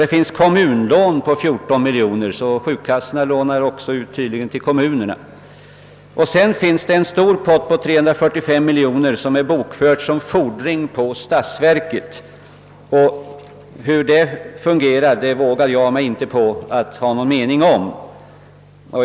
Sjukkassorna lånar tydligen ut medel till kommunerna, ty det finns även kommunlån upptagna till 14 miljoner kronor. Utöver detta finns det en stor post på 345 miljoner kronor, bokförd som fordran på statsverket. Jag vågar inte ta ställning till hur detta fungerar.